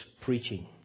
preaching